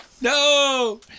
No